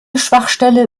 schwachstelle